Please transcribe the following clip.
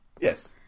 Yes